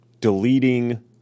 deleting